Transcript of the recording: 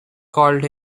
called